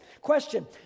Question